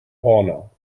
horner